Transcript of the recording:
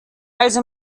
also